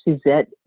suzette